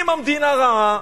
אם המדינה רעה,